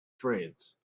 friends